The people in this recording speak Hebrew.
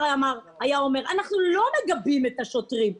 היה אומר אנחנו לא מגבים את השוטרים,